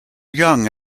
young